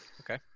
Okay